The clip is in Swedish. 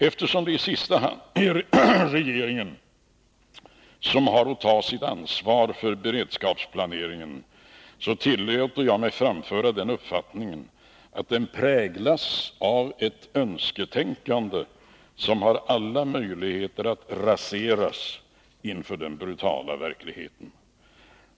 Eftersom det i sista hand är regeringen som har att ta sitt ansvar för beredskapsplaneringen tillåter jag mig att framföra den uppfattningen att den präglas av ett önsketänkande som har alla möjligheter att raseras inför den brutala verkligheten.